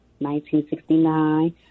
1969